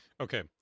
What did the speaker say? Okay